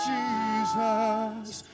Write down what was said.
Jesus